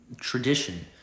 Tradition